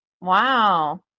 Wow